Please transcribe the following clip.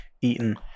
eaten